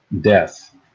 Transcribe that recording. death